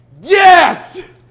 Yes